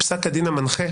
פסק הדין המנחה